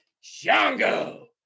Shango